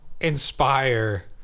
inspire